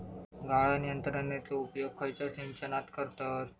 गाळण यंत्रनेचो उपयोग खयच्या सिंचनात करतत?